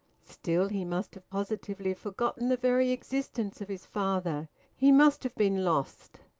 still, he must have positively forgotten the very existence of his father he must have been lost,